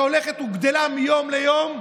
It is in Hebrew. שהולכת וגדלה מיום ליום,